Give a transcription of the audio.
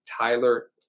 Tyler